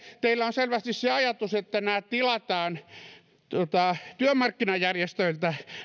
teillä on selvästi se ajatus että nämä reformit tilataan työmarkkinajärjestöiltä